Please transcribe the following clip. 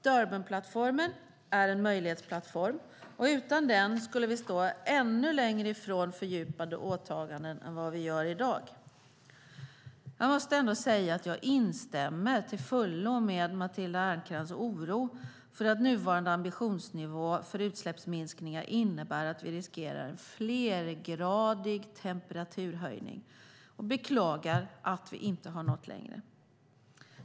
Durbanplattformen är en möjlighetsplattform, och utan den skulle vi stå ännu längre ifrån fördjupade åtaganden än vad vi gör i dag. Jag måste säga att jag instämmer till fullo i Matilda Ernkrans oro för att nuvarande ambitionsnivå för utsläppsminskningar innebär att vi riskerar en flergradig temperaturhöjning och beklagar att vi inte nått längre.